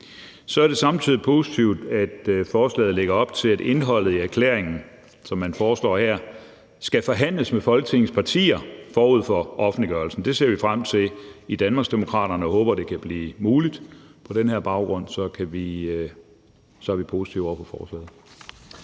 Så er det samtidig positivt, at forslaget lægger op til, at indholdet i erklæringen, som man foreslår her, skal forhandles med Folketingets partier forud for offentliggørelsen. Det ser vi frem til i Danmarksdemokraterne, og vi håber, at det kan blive muligt. På den her baggrund er vi positive over for forslaget.